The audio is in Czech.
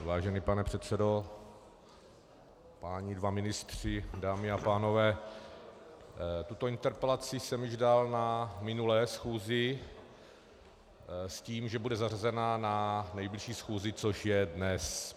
Vážený pane předsedo, páni dva ministři, dámy a pánové, tuto interpelaci jsem dal již na minulé schůzi s tím, že bude zařazena na nejbližší schůzi, což je dnes.